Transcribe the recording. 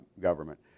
government